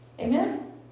Amen